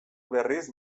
berriz